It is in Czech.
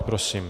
Prosím.